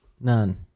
None